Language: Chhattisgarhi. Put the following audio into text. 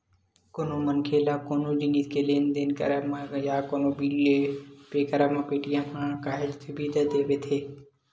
कोनो मनखे ल कोनो जिनिस के लेन देन करब म या कोनो बिल पे करब म पेटीएम ह काहेच सुबिधा देवथे